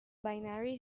binary